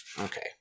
Okay